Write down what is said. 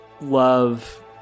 love